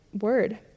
word